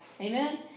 Amen